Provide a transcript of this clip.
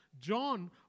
John